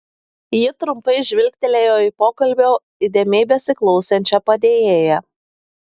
ji trumpai žvilgtelėjo į pokalbio įdėmiai besiklausančią padėjėją